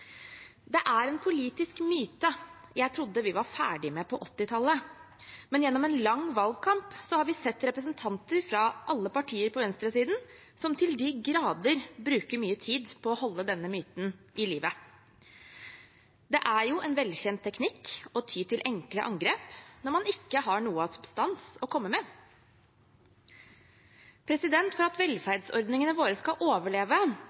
Det er en politisk myte jeg trodde vi var ferdig med på 1980-tallet, men gjennom en lang valgkamp har vi sett representanter fra alle partier på venstresiden som til de grader bruker mye tid på å holde denne myten i live. Det er en velkjent teknikk å ty til enkle angrep når man ikke har noe av substans å komme med. For at velferdsordningene våre skal overleve,